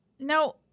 Now